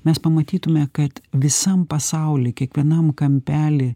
mes pamatytume kad visam pasauly kiekvienam kampely